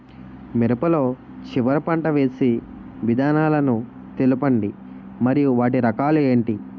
మిరప లో చివర పంట వేసి విధానాలను తెలపండి మరియు వాటి రకాలు ఏంటి